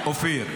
אופיר,